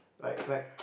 like like ppo